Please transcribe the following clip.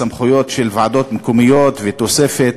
סמכויות של ועדות מקומיות ותוספת,